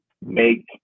make